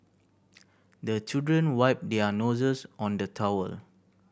the children wipe their noses on the towel